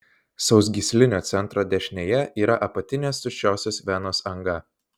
sausgyslinio centro dešinėje yra apatinės tuščiosios venos anga